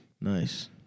Nice